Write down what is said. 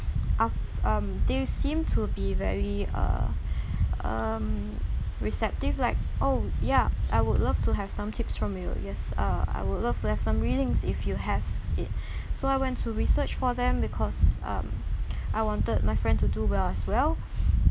af~ um they seemed to be very uh um receptive like oh ya I would love to have some tips from you yes uh I would love to have some readings if you have it so I went to research for them because um I wanted my friend to do well as well